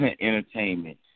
entertainment